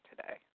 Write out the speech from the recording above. today